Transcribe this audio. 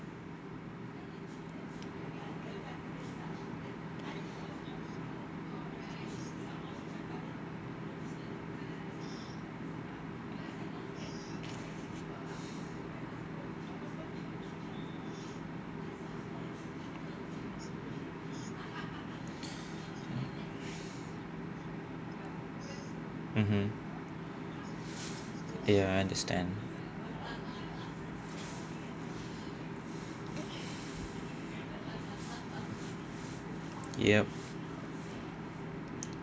mmhmm ya I understand yup